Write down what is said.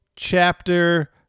Chapter